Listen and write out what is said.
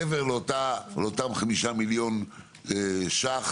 מעבר לאותם חמישה מיליון שקלים,